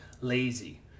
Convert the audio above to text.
lazy